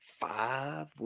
five